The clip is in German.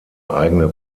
eigene